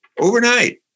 overnight